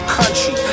country